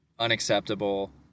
unacceptable